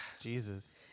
Jesus